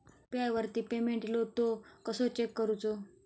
UPI वरती payment इलो तो कसो चेक करुचो?